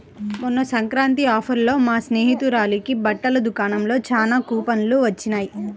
మొన్న సంక్రాంతి ఆఫర్లలో మా స్నేహితురాలకి బట్టల దుకాణంలో చానా కూపన్లు వొచ్చినియ్